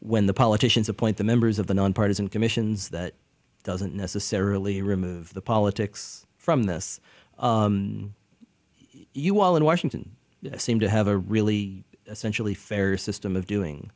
when the politicians appoint the members of the nonpartisan commissions that doesn't necessarily remove the politics from this you all in washington seem to have a really essentially fair system of doing